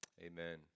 Amen